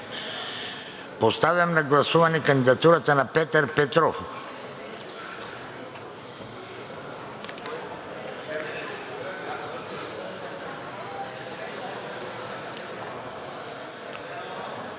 Поставям на гласуване кандидатурата на Петър Петров.